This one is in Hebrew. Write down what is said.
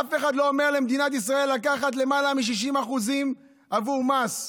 אף אחד לא אומר למדינת ישראל לקחת למעלה מ-60% בעבור מס.